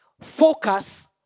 focus